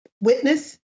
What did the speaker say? witness